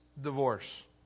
divorce